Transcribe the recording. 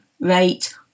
rate